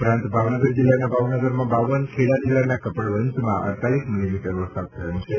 ઉપરાંત ભાવનગર જિલ્લાના ભાવનગરમાં બાવન ખેડા જિલ્લાના કપડવંજમાં અડતાલીસ મિલિમીટર વરસાદ થયો છે